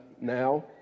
now